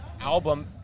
album